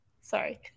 sorry